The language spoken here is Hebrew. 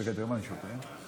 תראה מה אני שותה, חלב.